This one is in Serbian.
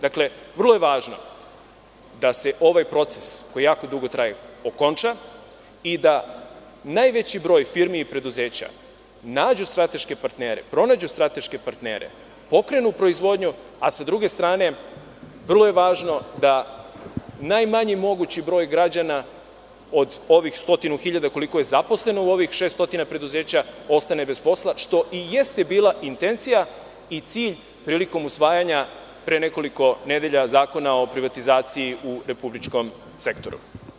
Dakle, vrlo je važno da se ovaj proces, koji jako dugo traje, okonča i da najveći broj firmi i preduzeća nađu strateške partnere, pronađu strateške partnere, pokrenu proizvodnju a sa druge strane, vrlo je važno da najmanji mogući broj građana, od ovih stotinu hiljada, koliko je zaposleno u ovih 600 preduzeća, ostane bez posla, što i jeste bila intencija i cilj prilikom usvajanja, pre nekoliko nedelja Zakona o privatizaciji u republičkom sektoru.